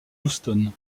houston